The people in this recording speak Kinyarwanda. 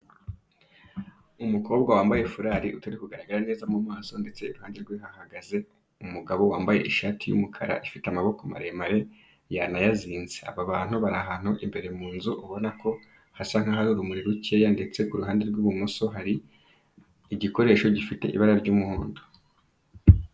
Umukobwa wambaye furari utari kugaragara neza mu maso, ndetse iruhande rwe hahagaze umugabo wambaye ishati y'umukara ifite amaboko maremare, yanayazinze, aba bantu bari ahantu imbere mu nzu ubonako hasa nk'ahari urumuri rukeya, ndetse ku ruhande rw'ibumoso, hari igikoresho gifite ibara ry'umuhondo.